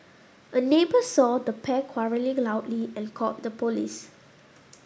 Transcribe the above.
a neighbour saw the pair quarrelling loudly and called the police